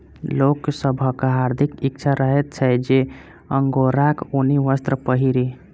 लोक सभक हार्दिक इच्छा रहैत छै जे अंगोराक ऊनी वस्त्र पहिरी